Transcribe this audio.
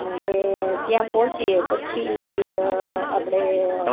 અને ત્યાં પહોંચીએ પછી આપડે